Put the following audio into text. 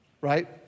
right